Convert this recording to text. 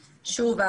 שוב,